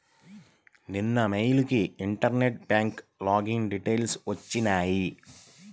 నిన్న మెయిల్ కి internet bank login details వచ్చినియ్యి